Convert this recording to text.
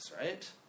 right